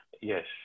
Yes